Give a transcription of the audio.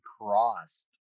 crossed